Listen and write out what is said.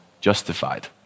justified